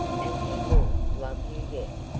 and he will love you yet.